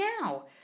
now